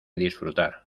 disfrutar